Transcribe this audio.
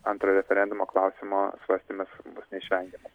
antro referendumo klausimo svarstymas bus neišvengiamas